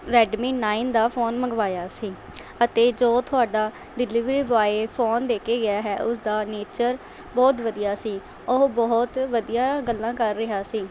Redmi nine ਦਾ phone ਮੰਗਵਾਇਆ ਸੀ ਅਤੇ ਜੋ ਤੁਹਾਡਾ ਡਿਲੀਵਰੀ ਬੋਆਏ ਫੋਨ ਦੇ ਕੇ ਗਿਆ ਹੈ ਉਸ ਦਾ ਨੇਚਰ ਬਹੁਤ ਵਧੀਆ ਸੀ ਉਹ ਬਹੁਤ ਵਧੀਆ ਗੱਲਾਂ ਕਰ ਰਿਹਾ ਸੀ